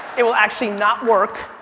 it will actually not work